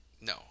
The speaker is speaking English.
No